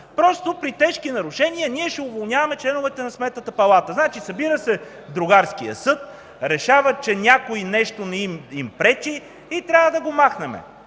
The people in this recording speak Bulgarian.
Просто „при тежки нарушения” ние ще уволняваме членовете на Сметната палата. Значи събира се другарският съд, решава, че някой нещо им пречи и трябва да го махнем.